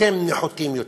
אתם נחותים יותר.